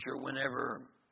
whenever